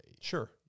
Sure